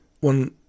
one